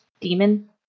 demon